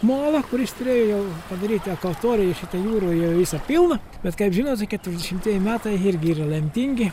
molą kuris turėjo jau padaryti ekvatoriją šitoj jūroj visą pilną bet kaip žinot keturiasdešimtieji metai irgi yra lemtingi